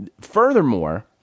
Furthermore